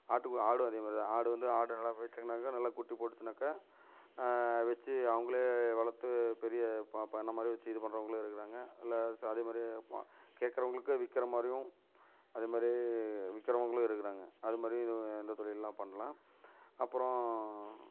ஆட்டு ஆடும் அதேமாதிரி தான் ஆடு வந்து ஆடு நல்லா மேய்ச்சோங்னாக்கா நல்ல குட்டி போட்டுச்சுன்னாக்கா வச்சு அவங்களே வளர்த்து பெரிய ப பண்ணைமாதிரி வச்சு இது பண்ணுறவங்களும் இருக்காங்க இல்லை அதேமாதிரி கேட்குறவங்களுக்கு விற்குறமாரியும் அதேமாதிரி விற்குறவங்களும் இருக்கிறாங்க அதுமாதிரி இதுவும் எந்த தொழில்லாம் பண்ணலாம் அப்பறம்